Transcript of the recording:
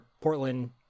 Portland